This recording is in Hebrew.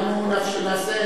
אנחנו נעשה.